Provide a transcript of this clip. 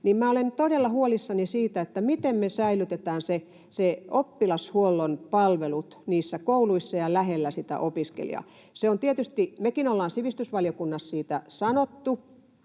minä olen todella huolissani siitä, miten me säilytetään oppilashuollon palvelut kouluissa ja lähellä opiskelijaa. Mekin ollaan tietysti sivistysvaliokunnassa siitä sanottu,